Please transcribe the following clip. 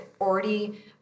already